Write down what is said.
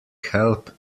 help